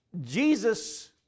Jesus